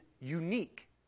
unique